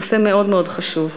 נושא מאוד מאוד חשוב.